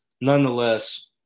nonetheless